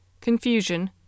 confusion